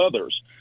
others